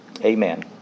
amen